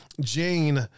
Jane